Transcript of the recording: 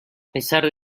pesar